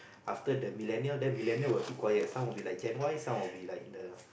after the millennial then millennial will keep quiet some will be like Gen-Y some will be like the